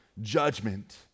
judgment